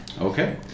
Okay